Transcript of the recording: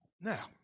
Now